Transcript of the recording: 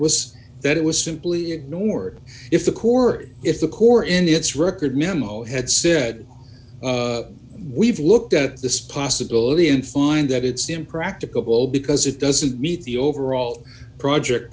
was that it was simply ignored if the corps if the corps in its record memo had said we've looked at this possibility and find that it's impractical because it doesn't meet the overall project